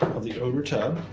of the outer tub.